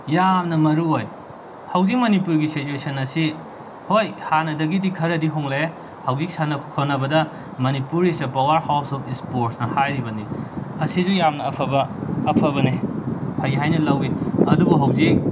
ꯌꯥꯝꯅ ꯃꯔꯨ ꯑꯣꯏ ꯍꯧꯖꯤꯛ ꯃꯅꯤꯄꯨꯔꯒꯤ ꯁꯦꯆꯨꯌꯦꯁꯟ ꯑꯁꯤ ꯍꯣꯏ ꯍꯥꯟꯅꯗꯒꯤꯗꯤ ꯈꯔꯗꯤ ꯍꯣꯡꯂꯛꯑꯦ ꯍꯧꯖꯤꯛ ꯁꯥꯟꯅ ꯈꯣꯠꯅꯕꯗ Manipur is a powerhouse of ꯏꯁꯄꯣꯔꯁꯅ ꯍꯥꯏꯔꯤꯕꯅꯤ ꯑꯁꯤꯁꯨ ꯌꯥꯝꯅ ꯑꯐꯕ ꯑꯐꯕꯅꯤ ꯐꯩ ꯍꯥꯏꯅ ꯂꯧꯏ ꯑꯗꯨꯕꯨ ꯍꯧꯖꯤꯛ